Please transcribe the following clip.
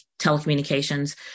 telecommunications